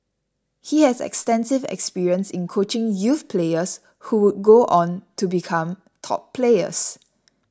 he has extensive experience in coaching youth players who would go on to become top players